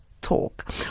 talk